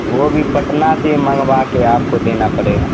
وہ بھی پٹنہ سے منگوا کے آپ کو دینا پڑے گا